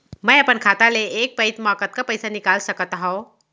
मैं अपन खाता ले एक पइत मा कतका पइसा निकाल सकत हव?